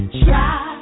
try